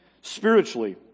spiritually